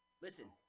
listen